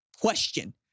question